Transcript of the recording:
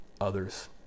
others